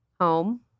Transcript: home